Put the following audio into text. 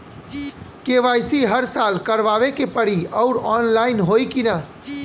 KYC हर साल करवावे के पड़ी और ऑनलाइन होई की ना?